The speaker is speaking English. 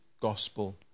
gospel